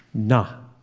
no.